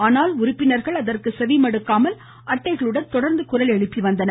ஆனால் உறுப்பினர்கள் அதற்கு செவிமடுக்காமல் அட்டைகளுடன் தொடர்ந்து குரல் எழுப்பி வந்தனர்